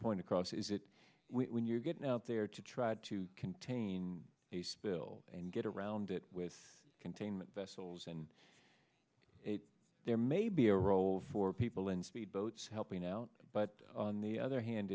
point across is it when you're getting out there to try to contain the spill and get around it with containment vessels and there may be a role for people in speedboats helping out but on the other hand